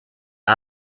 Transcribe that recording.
der